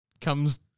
comes